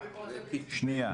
שנייה.